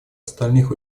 остальных